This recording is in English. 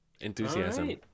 enthusiasm